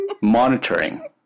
monitoring